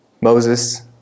Moses